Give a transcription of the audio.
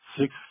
Six